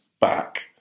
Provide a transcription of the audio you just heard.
back